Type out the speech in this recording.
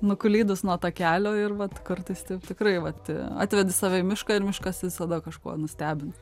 nuklydus nuo takelio ir vat kartais taip tikrai vat atvedi save į mišką ir miškas visada kažkuo nustebin